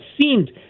seemed